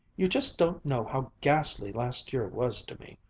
you just don't know how ghastly last year was to me!